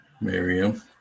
Miriam